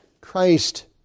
Christ